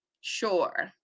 sure